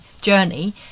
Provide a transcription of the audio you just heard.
journey